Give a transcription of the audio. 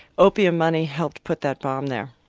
opium money helped put that bomb there.